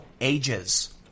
ages